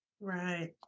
Right